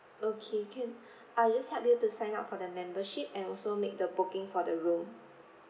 okay can I will just help you to sign up for the membership and also make the booking for the room